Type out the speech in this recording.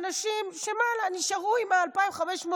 אנשים שנשארו עם 2,500,